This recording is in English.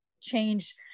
change